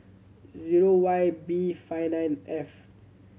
zero Y B five nine F